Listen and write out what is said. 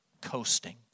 coasting